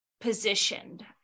positioned